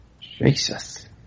Jesus